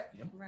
Right